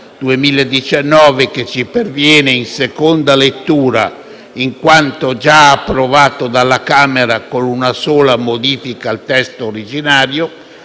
1, che ci perviene in seconda lettura, in quanto già approvato dalla Camera dei deputati con una sola modifica al testo originario,